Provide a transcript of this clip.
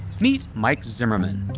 meet mike zimmerman.